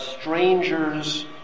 stranger's